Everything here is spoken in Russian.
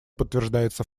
подтверждается